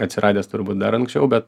atsiradęs turbūt dar anksčiau bet